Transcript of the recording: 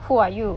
who are you